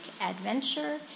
Adventure